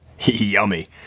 Yummy